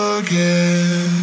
again